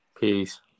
peace